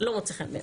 לא מוצא חן בעיניו.